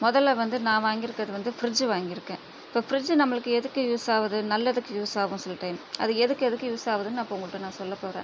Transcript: முதலில் வந்து நான் வாங்கி இருக்கிறது வந்து ஃப்ரிட்ஜ் வாங்கியிருக்கேன் இப்போது ஃப்ரிட்ஜ் நம்பளுக்கு எதுக்கு யூஸ் ஆகுது நல்லதுக்கு யூஸ் ஆகும் சில டைம் அது எதுக்கு எதுக்கு யூஸ் ஆகுதுனு நான் இப்போது உங்கள்கிட்ட நான் சொல்லப்போகிறேன்